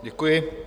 Děkuji.